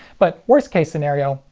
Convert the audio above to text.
but, worst case scenario,